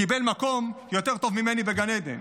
קיבל מקום יותר טוב ממני בגן עדן?